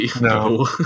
No